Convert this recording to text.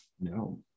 No